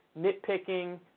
nitpicking